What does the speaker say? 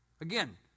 Again